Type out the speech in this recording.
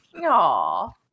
Aww